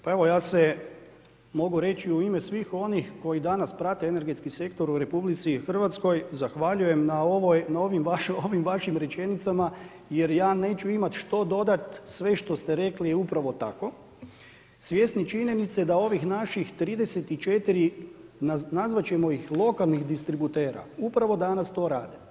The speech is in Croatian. Pa evo ja se mogu reći u ime svih onih koji danas prate energetski sektor u RH zahvaljujem na ovim vašim rečenicama jer ja neću imati što dodati, sve što ste rekli je upravo tako, svjesni činjenice da ovih naših 34 nazvat ćemo ih lokalnih distributera, upravo danas to rade.